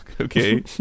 Okay